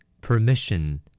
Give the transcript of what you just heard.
Permission